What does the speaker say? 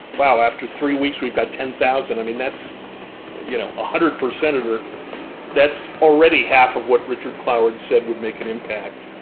wow, after three weeks we've got ten thousand. i mean, that's you know a one hundred per senator that's already half of what richard cloward said would make an impact.